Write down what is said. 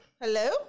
Hello